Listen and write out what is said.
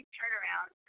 turnaround